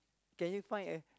can you find a